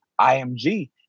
IMG